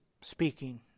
speaking